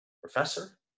professor